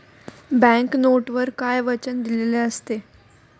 Bank नोटवर काय वचन दिलेले असते?